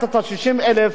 להחזיר אותם לאריתריאה,